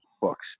books